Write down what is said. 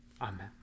Amen